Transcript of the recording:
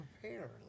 prepare